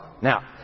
now